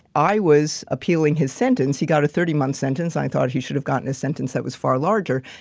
i was appealing his sentence he got a thirteen month sentence, i thought he should have gotten a sentence that was far larger.